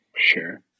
Sure